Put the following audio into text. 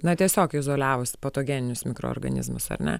na tiesiog izoliavus patogeninius mikroorganizmus ar ne